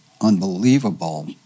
unbelievable